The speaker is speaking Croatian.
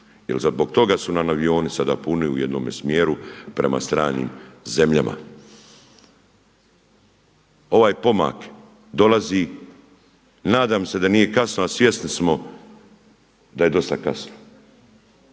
jer zbog toga su nam avioni sada puni u jednome smjeru prema stranim zemljama. Ovaj pomak dolazi i nadam se da nije kasno a svjesni smo da je dosta kasno.